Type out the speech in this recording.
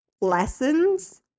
lessons